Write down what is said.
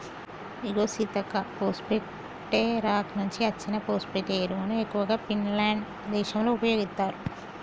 ఇగో Seethakka phosphate rock నుంచి అచ్చిన phosphate ఎరువును ఎక్కువగా ఫిన్లాండ్ దేశంలో ఉపయోగిత్తారు